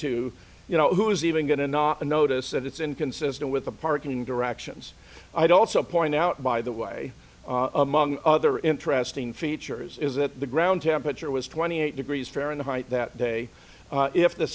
two you know who is even going to not notice that it's inconsistent with the parking directions i'd also point out by the way among other interesting features is that the ground temperature was twenty eight degrees fahrenheit that day if the